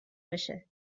بشه